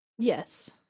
Yes